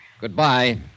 Goodbye